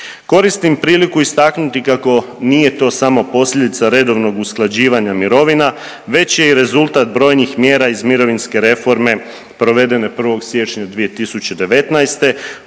Koristim priliku istaknuti kako nije to samo posljedica redovnog usklađivanja mirovina već je i rezultat brojnih mjera iz mirovinske reforme provedene 1. siječnja 2019.